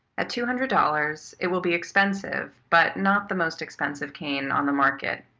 at two hundred dollars, it will be expensive, but not the most expensive cane on the market.